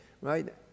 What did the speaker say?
right